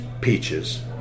peaches